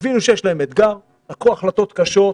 הבינו שיש להם אתגר, לקחו החלטות קשות,